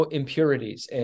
impurities